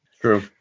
True